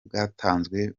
bwatanzwe